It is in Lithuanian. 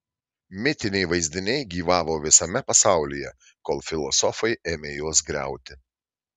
mitiniai vaizdiniai gyvavo visame pasaulyje kol filosofai ėmė juos griauti